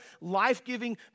life-giving